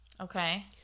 okay